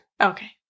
Okay